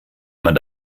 man